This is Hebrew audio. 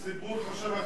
אבל הציבור חושב אחרת.